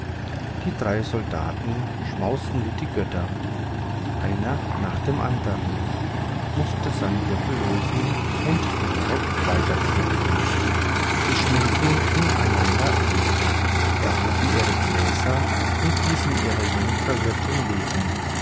die drei soldaten schmausten wie die götter einer nach dem andern mußte seinen gürtel lösen und den rock weiter knöpfen sie schmunzelten einander an erhoben ihre gläser und ließen ihre jungfer wirtin leben